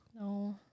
No